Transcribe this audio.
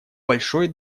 большой